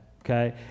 okay